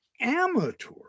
amateur